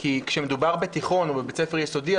כי כשמדובר בתיכון או בבית ספר יסודי,